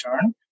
turn